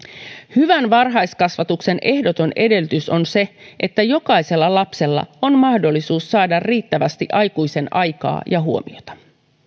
hyvän varhaiskasvatuksen ehdoton edellytys on se että jokaisella lapsella on mahdollisuus saada riittävästi aikuisen aikaa ja huomiota